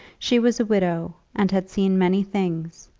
she was a widow, and had seen many things,